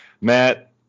Matt